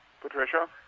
Patricia